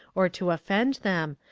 or to offend them,